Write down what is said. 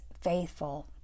faithful